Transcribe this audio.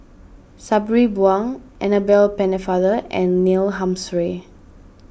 Sabri Buang Annabel Pennefather and Neil Humphreys